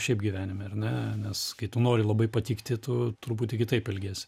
šiaip gyvenime ar ne nes kai tu nori labai patikti tu truputį kitaip elgiesi